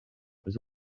faint